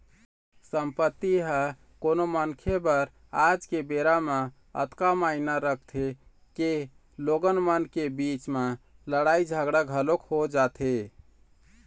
संपत्ति ह कोनो मनखे बर आज के बेरा म अतका मायने रखथे के लोगन मन के बीच म लड़ाई झगड़ा घलोक हो जाथे